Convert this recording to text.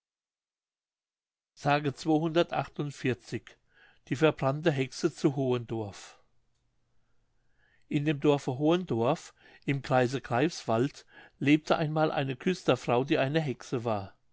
die verbrannte hexe zu hohendorf in dem dorfe hohendorf im kreise greifswald lebte einmal eine küsterfrau die eine hexe war